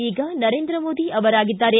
ಈಗ ನರೇಂದ್ರ ಮೋದಿ ಅವರು ಆಗಿದ್ದಾರೆ